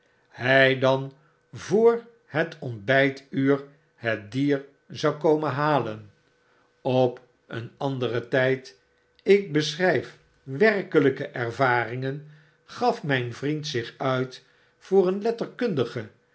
hij dan vr het ontbijtuur het dier zou komen halen op en anderen tijd ik beschrijf werkelijke ervaringen gaf mijn vriend zich uit voor een letterkundige